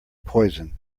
poison